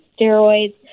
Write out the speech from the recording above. steroids